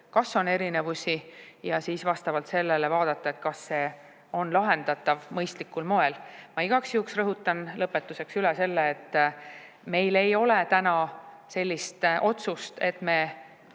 üldse on erinevusi, ja siis vastavalt sellele vaadata, kas see on lahendatav mõistlikul moel. Ma igaks juhuks rõhutan lõpetuseks üle, et meil ei ole täna otsust selle